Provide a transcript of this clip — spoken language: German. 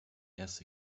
erste